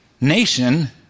nation